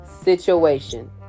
situation